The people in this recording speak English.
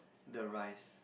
the rice